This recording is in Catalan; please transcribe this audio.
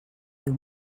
diu